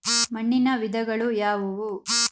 ಮಣ್ಣಿನ ವಿಧಗಳು ಯಾವುವು?